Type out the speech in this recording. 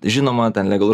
žinoma ten legalu